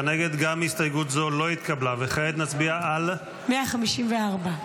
וכעת נצביע על --- 154.